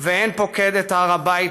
ואין פוקד את הר הבית,